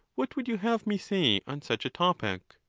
what would you have me say on such a topic?